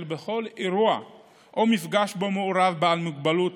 בכל אירוע או מפגש שבו מעורב בעל מוגבלות,